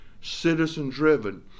citizen-driven